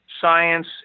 science